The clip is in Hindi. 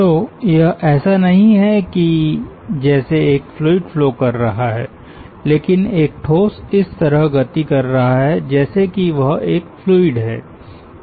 तो यह ऐसा नहीं है कि जैसे एक फ्लूइड फ्लो कर रहा है लेकिन एक ठोस इस तरह गति कर रहा है जैसे कि वह एक फ्लूइड है